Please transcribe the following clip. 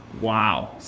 Wow